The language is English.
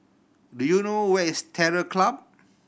do you know where is Terror Club